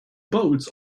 boats